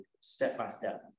step-by-step